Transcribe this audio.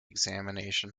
examination